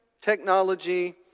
technology